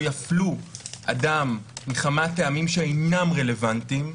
יפלו אדם מחמת טעמים שאינם רלוונטיים.